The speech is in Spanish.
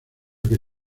que